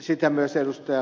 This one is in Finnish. sitä myös ed